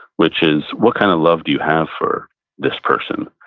which is what kind of love do you have for this person?